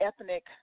ethnic